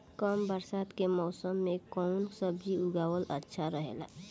कम बरसात के मौसम में कउन सब्जी उगावल अच्छा रहेला?